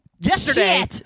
yesterday